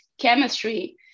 chemistry